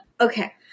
Okay